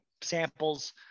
samples